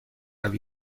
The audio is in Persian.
روی